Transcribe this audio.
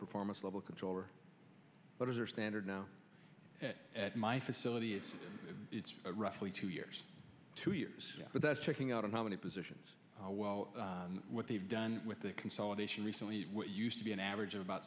performance level controller what is your standard now at my facility if it's roughly two years two years but that's checking out how many positions what they've done with the consolidation recently what used to be an average of about